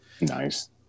Nice